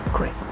great.